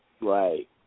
Right